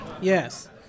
Yes